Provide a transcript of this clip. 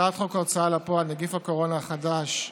הצעת חוק ההוצאה לפועל (נגיף הקורונה החדש,